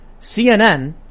CNN